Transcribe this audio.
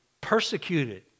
persecuted